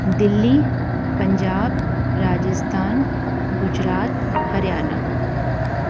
Delhi Punjab Rajasthan Gujarat Haryana